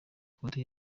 konti